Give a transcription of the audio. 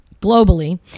globally